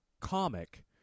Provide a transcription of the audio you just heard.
comic